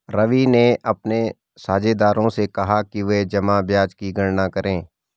रवि ने अपने साझेदारों से कहा कि वे जमा ब्याज की गणना करें